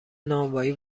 نانوایی